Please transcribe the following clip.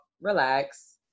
relax